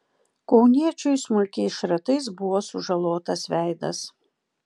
kauniečiui smulkiais šratais buvo sužalotas veidas